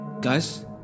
Guys